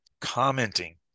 Commenting